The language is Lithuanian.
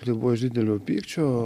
tai buvo iš didelio pykčio